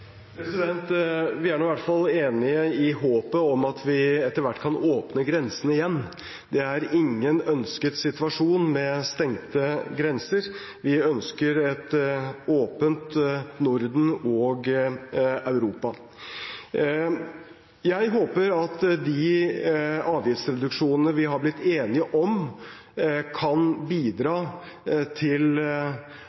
Vi er i hvert fall enig i håpet om at vi etter hvert kan åpne grensene igjen. Det er ingen ønsket situasjon med stengte grenser. Vi ønsker et åpent Norden og Europa. Jeg håper at de avgiftsreduksjonene vi har blitt enige om, kan bidra